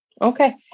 Okay